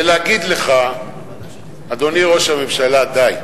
ולהגיד לך, אדוני ראש הממשלה, די,